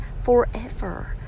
forever